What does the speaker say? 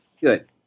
Good